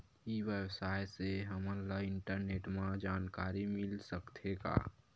ई व्यवसाय से हमन ला इंटरनेट मा जानकारी मिल सकथे का?